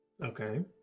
Okay